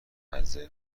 مزه